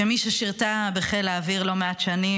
כמי ששירתה בחיל האוויר לא מעט שנים,